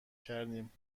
کردیم